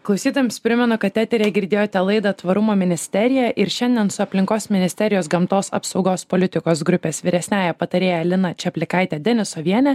klausytojams primenu kad eteryje girdėjote laidą tvarumo ministerija ir šiandien su aplinkos ministerijos gamtos apsaugos politikos grupės vyresniąja patarėja lina čaplikaite denisoviene